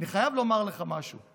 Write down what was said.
אני חייב לומר לך משהו,